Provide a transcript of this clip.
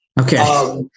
Okay